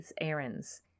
errands